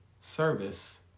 Service